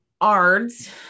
ARDS